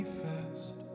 fast